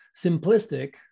simplistic